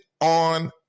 on